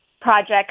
project